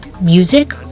Music